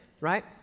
right